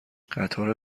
قطار